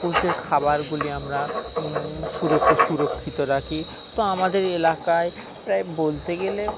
পশুদের খাবারগুলি আমরা সুরো সুরক্ষিত রাখি তো আমাদের এলাকায় প্রায় বলতে গেলে